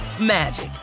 magic